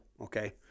Okay